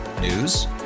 News